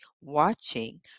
watching